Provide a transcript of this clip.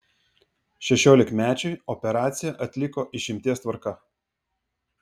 šešiolikmečiui operaciją atliko išimties tvarka